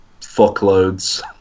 fuckloads